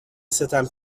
ستم